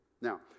Now